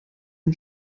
den